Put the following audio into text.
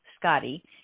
Scotty